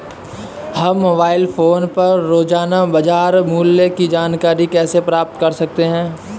हम mobile phone पर रोजाना बाजार मूल्य की जानकारी कैसे प्राप्त कर सकते हैं?